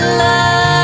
love